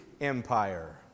Empire